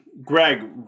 Greg